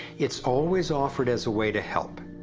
it's always offerd as a way to help,